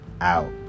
out